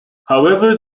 however